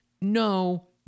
No